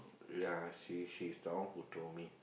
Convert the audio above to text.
yeah she she's the one who told me